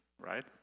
right